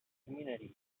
communities